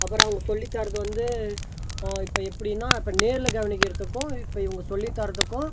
அப்புறம் அவங்க சொல்லித்தரது வந்து இப்போ எப்படின்னா இப்போ நேரில் கவனிக்கிறதுக்கும் இப்போ இவங்க சொல்லித்தரதுக்கும்